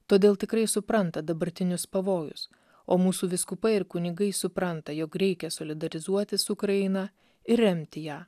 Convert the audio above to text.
todėl tikrai supranta dabartinius pavojus o mūsų vyskupai ir kunigai supranta jog reikia solidarizuotis su ukraina ir remti ją